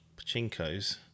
Pachinkos